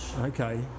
Okay